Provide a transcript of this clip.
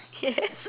yes